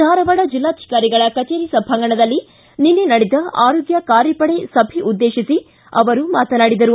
ಧಾರವಾಡ ಜಿಲ್ಲಾಧಿಕಾರಿಗಳ ಕಚೇರಿ ಸಭಾಂಗಣದಲ್ಲಿ ನಿನ್ನೆ ನಡೆದ ಆರೋಗ್ವ ಕಾರ್ಯಪಡೆ ಸಭೆಯನ್ನುದ್ದೇಶಿಸಿ ಅವರು ಮಾತನಾಡಿದರು